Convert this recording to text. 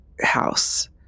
house